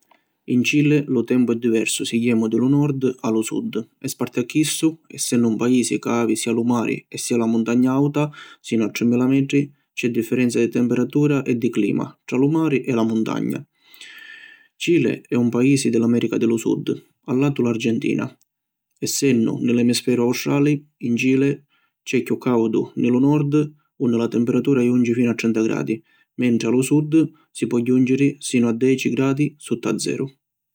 In Cile lu tempu è diversu si jemu di lu nord a lu sud e sparti a chissu, essennu un paisi ca havi sia lu mari e sia la muntagna auta sinu a trimila metri, c’è differenza di temperatura e di clima tra lu mari e la muntagna. Cile è un paisi di l’America di lu Sud, a latu l’Argentina. Essennu ni l’emisferu Australi, in Cile c’è chiù caudu ni lu nord unni la temperatura junci finu a trenta gradi mentri a lu sud si pò junciri sinu a deci gradi sutta zeru.